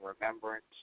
remembrance